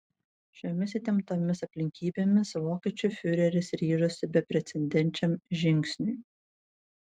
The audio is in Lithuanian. šiomis įtemptomis aplinkybėmis vokiečių fiureris ryžosi beprecedenčiam žingsniui